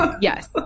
yes